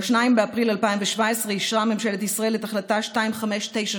ב-2 באפריל 2017 אישרה ממשלת ישראל את החלטה 2592,